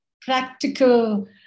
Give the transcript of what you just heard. practical